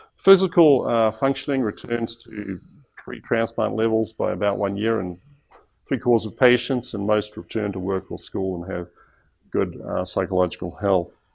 physical functioning returns to pre-transplant levels by about one year in three quarters of patients and most return to work or school and have good psychological health.